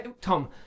Tom